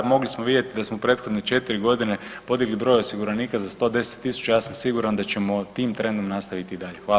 Mogli smo vidjeti da smo prethodne četiri godine podigli broj osiguranika za 110.000, ja sam siguran da ćemo tim trendom nastaviti i dalje.